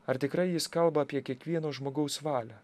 ar tikrai jis kalba apie kiekvieno žmogaus valią